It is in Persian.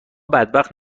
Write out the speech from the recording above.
بدبخت